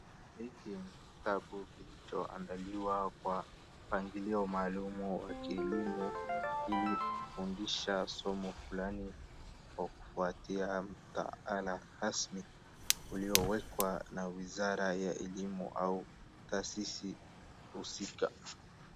Hiki ni kitabu kilichoandaliwa kwa mpangilio maalum wa kielimu ili kufundisha somo fulani kwa kufuatia mtaala rasmi uliowekwa na wizara ya elimu au taasisi husika.